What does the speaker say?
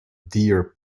deer